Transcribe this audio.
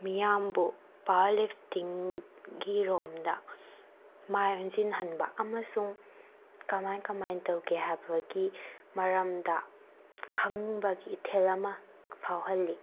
ꯃꯤꯌꯥꯝꯕꯨ ꯕꯥꯔ ꯂꯤꯐꯇꯤꯡꯒꯤ ꯔꯣꯝꯗ ꯃꯥꯏ ꯑꯣꯟꯁꯤꯜꯍꯟꯕ ꯑꯃꯁꯨꯡ ꯀꯃꯥꯏ ꯀꯃꯥꯏꯅ ꯇꯧꯒꯦ ꯍꯥꯏꯕꯒꯤ ꯃꯔꯝꯗ ꯈꯪꯅꯤꯡꯕꯒꯤ ꯏꯊꯤꯜ ꯑꯃ ꯐꯥꯎꯍꯜꯂꯤ